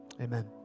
amen